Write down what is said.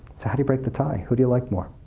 so how do you break the tie? who do you like more?